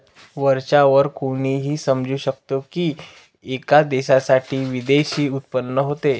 वरच्या वर कोणीही समजू शकतो की, एका देशासाठी विदेशी उत्पन्न होत